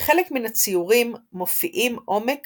בחלק מן הציורים מופיעים עומק